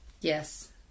Yes